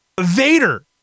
Vader